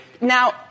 Now